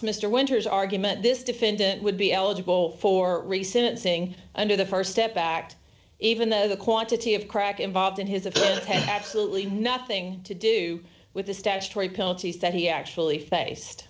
mr winters argument this defendant would be eligible for recent saying under the st step backed even though the quantity of crack involved in his offense absolutely nothing to do with the statutory penalties that he actually faced